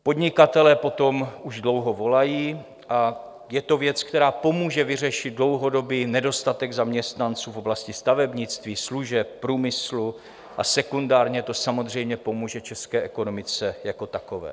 Podnikatelé po tom už dlouho volají a je to věc, která pomůže vyřešit dlouhodobý nedostatek zaměstnanců v oblasti stavebnictví, služeb, průmyslu a sekundárně to samozřejmě pomůže české ekonomice jako takové.